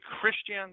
Christian